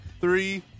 Three